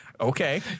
Okay